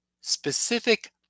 specific